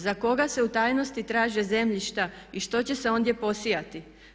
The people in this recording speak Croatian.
Za koga se u tajnosti traže zemljišta i što će se ondje posijati.